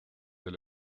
del